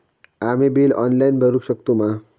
आम्ही bill online भरुक शकतू मा?